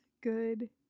good